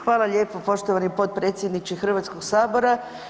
Hvala lijepa poštovani potpredsjedniče Hrvatskog sabora.